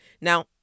Now